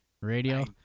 radio